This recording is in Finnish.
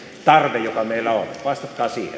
tarve joka meillä on vastatkaa siihen